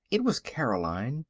it was caroline,